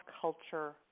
culture